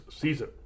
season